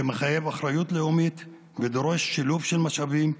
שמחייב אחריות לאומית ודורש שילוב של משאבים,